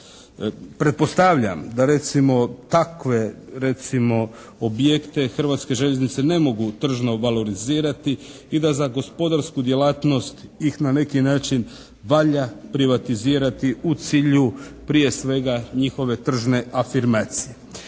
Pretpostavljam da recimo takve recimo objekte Hrvatske željeznice ne mogu tržno valorizirati i da za gospodarsku djelatnost ih na neki način valja privatizirati u cilju prije svega njihove tržne afirmacije.